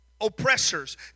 oppressors